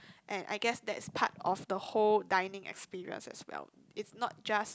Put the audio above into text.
and I guess that's part of the whole dining experience as well if not just